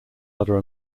other